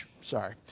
sorry